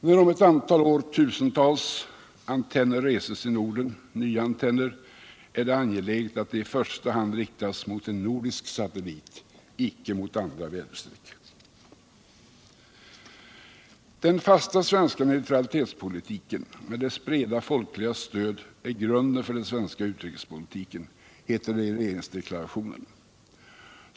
När om ett antal år kanske tusentals nya antenner reses i Norden är det angeläget att de i första hand kan riktas mot en nordisk satellit, icke i andra väderstreck. Den fasta svenska neutralitetspolitiken med dess breda folkliga stöd är grunden för den svenska utrikespolitiken, heter det i regeringsdeklarationen.